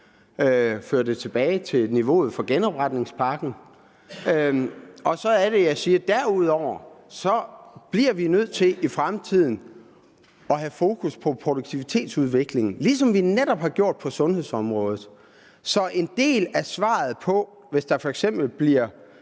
føre den tilbage til niveauet for genopretningspakken. Og så er det, jeg siger, at derudover bliver vi nødt til i fremtiden at have fokus på produktivitetsudvikling, ligesom vi netop har haft det på sundhedsområdet. Så en del af svaret på, hvad vi